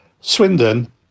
Swindon